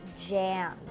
jam